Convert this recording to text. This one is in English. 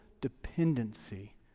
dependency